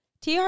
TR